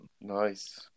Nice